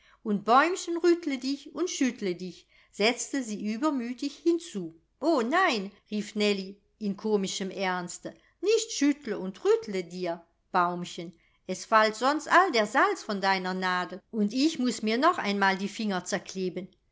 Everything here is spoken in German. und bäumchen rüttle dich und schüttle dich setzte sie übermütig hinzu o nein rief nellie in komischem ernste nicht schüttle und rüttle dir baumchen es fallt sonst all der salz von deiner nadel und ich muß mir noch einmal die finger